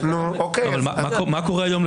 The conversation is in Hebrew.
מה קורה היום,